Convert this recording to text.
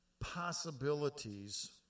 possibilities